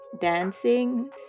dancing